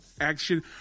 action